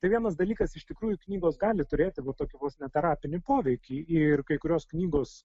tai vienas dalykas iš tikrųjų knygos gali turėti va tokį vos ne terapinį poveikį ir kai kurios knygos